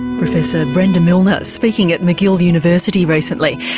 professor brenda milner speaking at mcgill university recently.